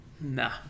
Nah